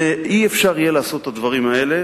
לא יהיה אפשר לעשות את הדברים האלה